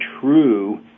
true